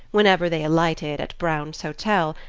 whenever they alighted at brown's hotel,